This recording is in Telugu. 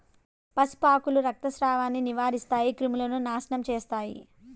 పసుపు ఆకులు రక్తస్రావాన్ని నివారిస్తాయి, క్రిములను నాశనం చేస్తాయి